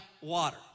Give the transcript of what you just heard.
water